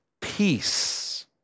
peace